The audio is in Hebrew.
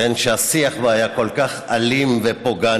שהשיח בה היה כל כך אלים ופוגעני,